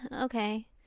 okay